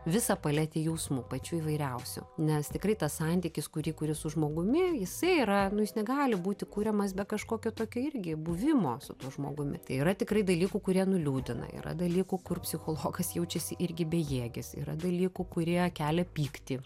visą paletę jausmų pačių įvairiausių nes tikrai tas santykis kurį kuri su žmogumi jisai yra nu jis negali būti kuriamas be kažkokio tokio irgi buvimo su tuo žmogumi tai yra tikrai dalykų kurie nuliūdina yra dalykų kur psichologas jaučiasi irgi bejėgis yra dalykų kurie kelia pyktį